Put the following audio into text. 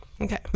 Okay